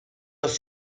los